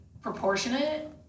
proportionate